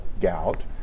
gout